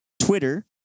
Twitter